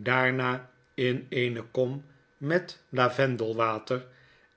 daarna in eene kom met lavendelwater